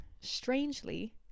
strangely